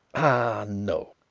ah, no,